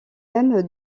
même